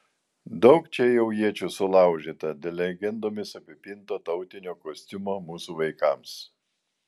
daug čia jau iečių sulaužyta dėl legendomis apipinto tautinio kostiumo mūsų vaikams